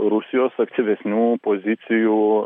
rusijos aktyvesnių pozicijų